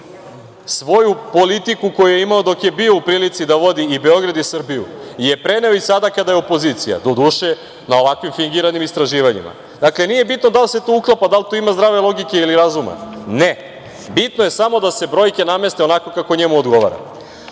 svoju politiku koju je imao dok je bio u prilici da vodi i Beograd i Srbiju je preneo i sada kada je opozicija, doduše, na ovakvim fingiranim istraživanjima. Dakle, nije bitno da li se tu uklapa, da li to ima zdrave logike ili razuma, ne. Bitno je samo da se brojke nameste onako kako njemu odgovara. Poštovani